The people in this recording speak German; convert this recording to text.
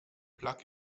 plug